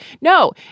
no